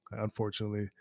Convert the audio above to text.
unfortunately